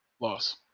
loss